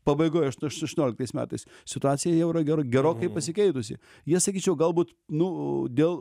pabaigoj aštu aštuonioliktais metais situacija jau yra geroi gerokai pasikeitusi jie sakyčiau galbūt nu dėl